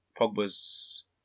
Pogba's